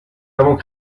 avons